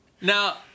Now